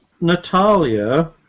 Natalia